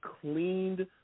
cleaned